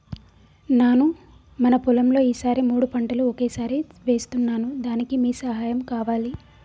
నాను మన పొలంలో ఈ సారి మూడు పంటలు ఒకేసారి వేస్తున్నాను దానికి మీ సహాయం కావాలి